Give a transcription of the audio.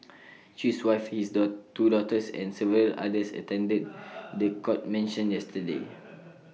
chew's wife is the two daughters and several others attended The Court mention yesterday